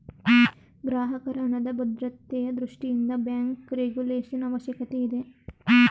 ಗ್ರಾಹಕರ ಹಣದ ಭದ್ರತೆಯ ದೃಷ್ಟಿಯಿಂದ ಬ್ಯಾಂಕ್ ರೆಗುಲೇಶನ್ ಅವಶ್ಯಕತೆ ಇದೆ